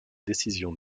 décisions